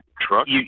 truck